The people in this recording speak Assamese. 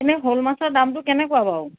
এনে শ'ল মাছৰ দামটো কেনেকুৱা বাৰু